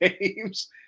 games